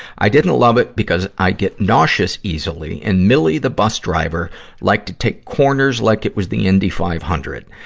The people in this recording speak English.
i didn't love it because i get nauseous easily, and millie the bus driver liked to take corners like it was the indy five hundred.